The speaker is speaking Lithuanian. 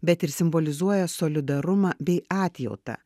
bet ir simbolizuoja solidarumą bei atjautą